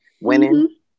winning